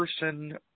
person